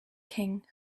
king